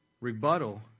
rebuttal